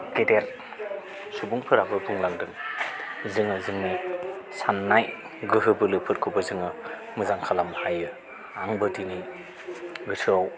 गेदेर सुबुंफोराबो बुंलांदों जोङो जोंनि साननाय गोहो बोलोफोरखौबो जोङो मोजां खालामनो हायो आंबो दिनै गोसोआव